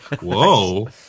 Whoa